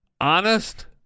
honest